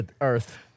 earth